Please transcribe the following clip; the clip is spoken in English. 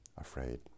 afraid